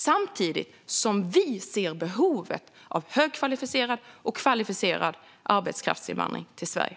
Samtidigt ser vi behovet av högkvalificerad och specialiserad arbetskraftsinvandring till Sverige.